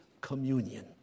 communion